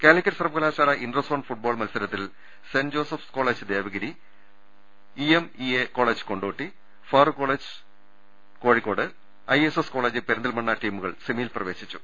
കാലിക്കറ്റ് സർവകലാശാല interzone football മത്സര ത്തിൽ saint college Joseph Devagiri EMEA college Kondotty Farook college Kozhikode ISS college Perinthalmanna ടീമുകൾ സെമിയിൽ പ്രവേ ശിച്ചു